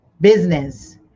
business